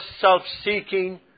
self-seeking